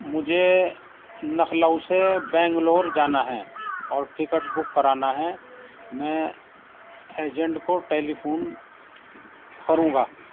مجھے لکھنئو سے بنگلور جانا ہے اور ٹکٹ بک کرانا ہے میں ایجنٹ کو ٹیلیفون کروں گا